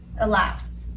elapsed